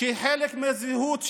שהיא חלק מהזהות שלנו,